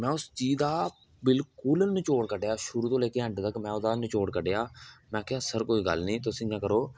में उस चीज दा बिल्कुल निचोड़ कड्ढेआ शुरु दा ले के एंड तक में ओहदा निचोड़ कड्ढेआ में आखेआ सर कोई ग्लल नेई तुस इयां करो